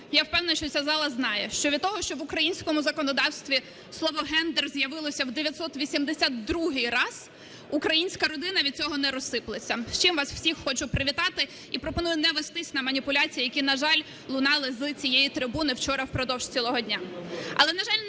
я впевнена, що ця зала знає, що від того, що в українському законодавстві слово "гендер" з'явилось в 982 раз, українська родина від цього не розсиплеться. З чим вас всіх хочу привітати, і пропоную не вестись на маніпуляції, які, на жаль, лунали з цієї трибуни вчора впродовж цілого дня.